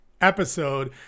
episode